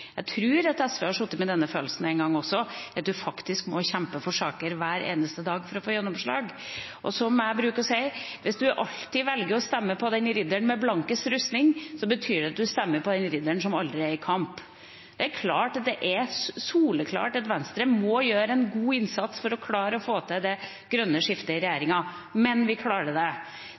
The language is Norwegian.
Jeg tror at SV har sittet med denne følelsen en gang også – at en faktisk må kjempe for saker hver eneste dag for å få gjennomslag, og som jeg bruker å si: Hvis man alltid velger å stemme på ridderen med blankest rustning, betyr det at man stemmer på den ridderen som aldri er i kamp. Det er soleklart at Venstre må gjøre en god innsats for å klare å få til det grønne skiftet i regjeringa – men vi klarer det.